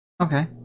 okay